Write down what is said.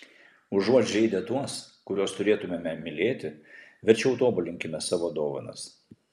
užuot žeidę tuos kuriuos turėtumėme mylėti verčiau tobulinkime savo dovanas